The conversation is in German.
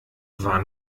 war